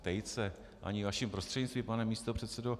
Tejce ani vaším prostřednictvím, pane místopředsedo.